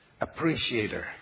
appreciator